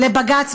לבג"ץ,